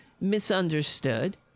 misunderstood